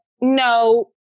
no